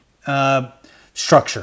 structure